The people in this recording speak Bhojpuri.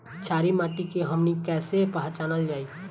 छारी माटी के हमनी के कैसे पहिचनल जाइ?